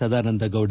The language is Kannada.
ಸದಾನಂದಗೌಡ